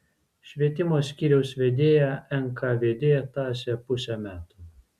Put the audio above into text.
švietimo skyriaus vedėją nkvd tąsė pusę metų